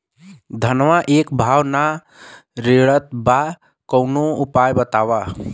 धनवा एक भाव ना रेड़त बा कवनो उपाय बतावा?